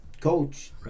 coach